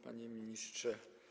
Panie Ministrze!